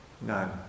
None